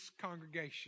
congregation